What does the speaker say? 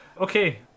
Okay